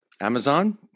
Amazon